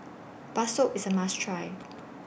Bakso IS A must Try